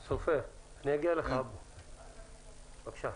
סופר, בבקשה.